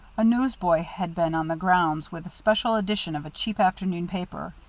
a newsboy had been on the grounds with a special edition of a cheap afternoon paper.